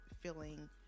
feeling